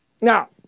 Now